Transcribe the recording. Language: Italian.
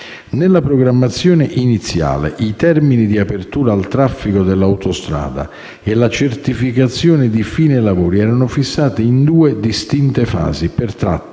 Nella programmazione iniziale i termini di apertura al traffico dell'autostrada e la certificazione di fine lavori erano fissati in due fasi distinte per tratte: